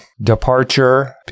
departure